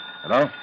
Hello